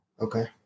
Okay